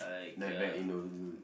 like back in older